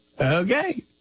Okay